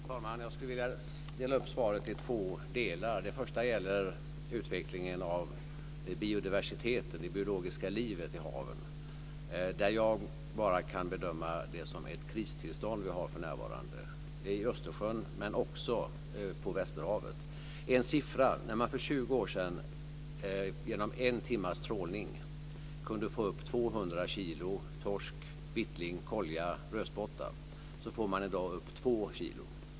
Fru talman! Jag skulle vilja dela upp svaret i två delar. Den första gäller utvecklingen av biodiversiteten, det biologiska livet, i haven. Jag kan bara bedöma det som att vi har ett kristillstånd för närvarande i Östersjön men också i västerhavet. Jag kan nämna några siffror. För 20 år sedan kunde man genom en timmas trålning få upp 200 kg torsk, vitling, kolja och rödspotta. I dag får man upp 2 kg.